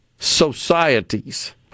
societies